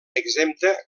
exempta